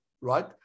right